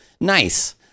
Nice